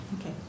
Okay